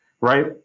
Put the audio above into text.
right